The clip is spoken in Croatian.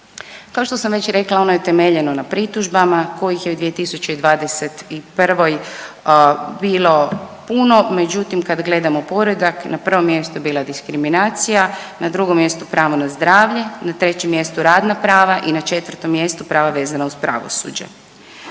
Kao što sam već rekla, ono je temeljeno na pritužbama kojih je u 2021. bilo puno, međutim, kad gledamo poredak, na 1. mjestu je bila diskriminacija, na 2. mjestu pravo na zdravlje, na 3. mjestu radna prava i na 4. mjestu prava vezana uz pravosuđe.